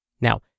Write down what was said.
Now